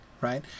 right